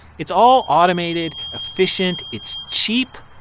it's all automated, efficient. it's cheap.